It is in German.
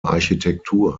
architektur